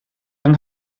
yng